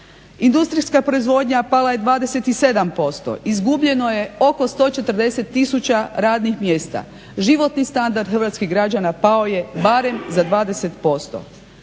Industrijska proizvodnja pala je 27%, izgubljeno je oko 140 tisuća radnih mjesta, životni standard hrvatskih građana pao je barem za 20%,